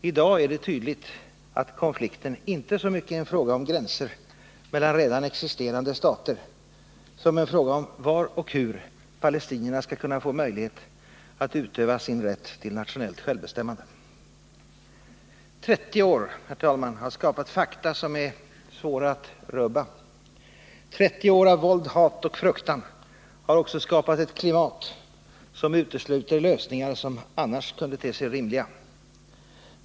I dag är det tydligt att konflikten inte så mycket är en fråga om gränser mellan redan existerande stater som en fråga om var och hur palestinierna skall kunna få möjlighet att utöva sin rätt till nationellt självbestämmande. 30 år har skapat fakta som är svåra att rubba. 30 år av våld, hat och fruktan har också skapat ett klimat som utesluter lösningar som annars kunde te sig rimliga.